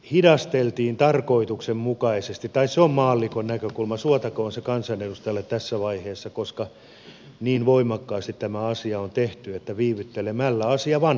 hidasteltiin tarkoituksenmukaisesti tai se on maallikon näkökulma suotakoon se kansanedustajalle tässä vaiheessa koska niin voimakkaasti tämä asia on tehty että viivyttelemällä asia vanheni